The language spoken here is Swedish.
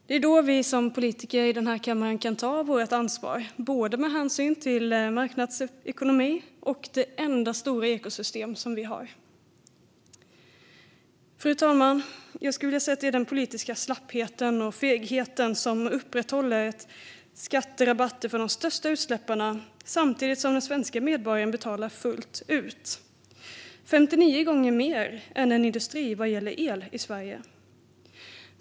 Det är då vi som politiker i den här kammaren kan ta vårt ansvar med hänsyn till både marknadsekonomi och det enda stora ekosystem som vi har. Fru talman! Jag skulle vilja säga att det är den politiska slappheten och fegheten som upprätthåller skatterabatter för de största utsläpparna samtidigt som den svenska medborgaren betalar fullt ut. Den betalar 59 gånger mer än en industri vad gäller el i Sverige.